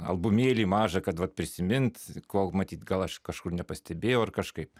albumėlį mažą kad vat prisimint ko matyt gal aš kažkur nepastebėjau ar kažkaip